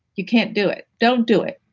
you can't do it. don't do it.